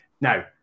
Now